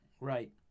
Right